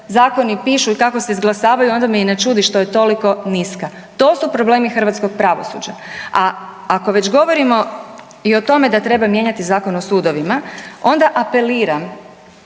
zakoni pišu i kako se izglasavaju onda me i ne čudi što je toliko niska. To su problemi hrvatskog pravosuđa. A ako već govorimo i o tome da treba mijenjati Zakon o sudovima, onda apeliram